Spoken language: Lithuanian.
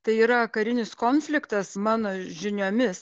tai yra karinis konfliktas mano žiniomis